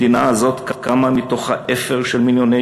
המדינה הזאת קמה מתוך האפר של מיליוני